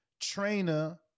trainer